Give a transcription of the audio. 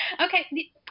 Okay